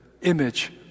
image